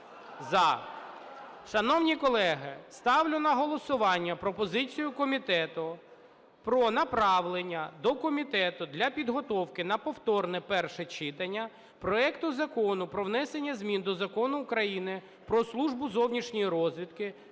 За? Шановні колеги, ставлю на голосування пропозицію комітету про направлення до комітету для підготовки на повторне перше читання проекту Закону про внесення змін до Закону України "Про Службу зовнішньої розвідки"